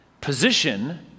Position